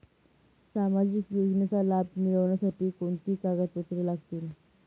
सामाजिक योजनेचा लाभ मिळण्यासाठी कोणती कागदपत्रे लागतील?